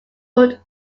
put